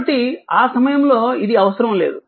కాబట్టి ఆ సమయంలో ఇది అవసరం లేదు